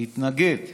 התנגד לגירוש.